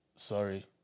Sorry